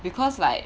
because like